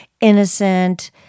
innocent